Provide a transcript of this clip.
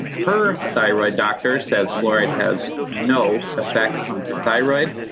her thyroid doctor says fluoride has no effect on her thyroid.